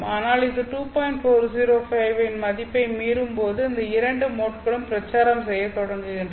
405 இன் மதிப்பை மீறும் போது இந்த இரண்டு மோட்களும் பிரச்சாரம் செய்யத் தொடங்குகின்றன